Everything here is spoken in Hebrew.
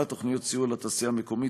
הפעלת תוכניות סיוע לתעשייה המקומית